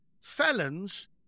felons